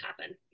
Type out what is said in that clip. happen